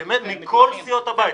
באמת, מכל סיעות הבית.